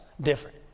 different